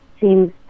seems